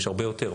יש הרבה יותר,